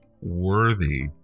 worthy